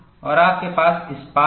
और आपके पास इस्पात है